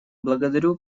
благодарю